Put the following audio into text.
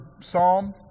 psalm